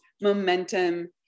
momentum